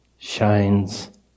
Shines